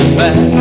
back